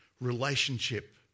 relationship